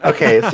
Okay